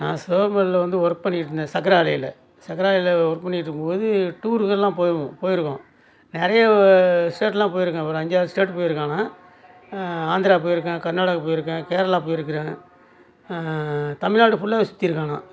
நான் சிவகங்கையில் வந்து ஒர்க் பண்ணிகிட்ருந்தேன் சக்கரை ஆலையில் சக்கரை ஆலையில் ஒர்க் பண்ணிகிட்ருக்கும்போது டூரு கீர்லாம் போவோம் போயிருக்கோம் நிறையா ஸ்டேட்லாம் போயிருக்கேன் ஒரு அஞ்சு ஆறு ஸ்டேட்டு போயிருக்கேன் நான் ஆந்திரா போயிருக்கேன் கர்நாடகா போயிருக்கேன் கேரளா போயிருக்கிறேன் தமிழ்நாடு ஃபுல்லாவே சுத்தியிருக்கேன் நான்